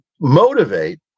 motivate